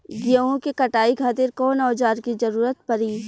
गेहूं के कटाई खातिर कौन औजार के जरूरत परी?